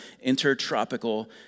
Intertropical